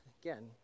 again